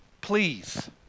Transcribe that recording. please